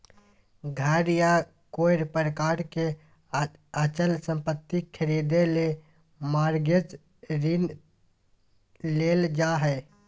घर या कोय प्रकार के अचल संपत्ति खरीदे ले मॉरगेज ऋण लेल जा हय